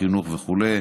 חינוך וכו'.